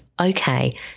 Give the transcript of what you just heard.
okay